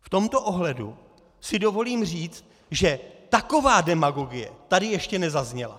V tomto ohledu si dovolím říct, že taková demagogie tady ještě nezazněla.